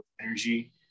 energy